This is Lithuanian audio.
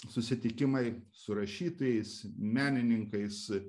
susitikimai su rašytojais menininkais